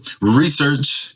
research